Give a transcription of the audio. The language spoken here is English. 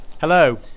Hello